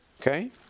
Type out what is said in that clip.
Okay